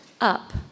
up